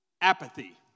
apathy